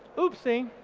oopsie.